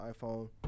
iPhone